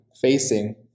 facing